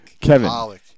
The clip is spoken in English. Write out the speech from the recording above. Kevin